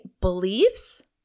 beliefs